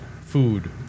food